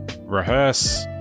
rehearse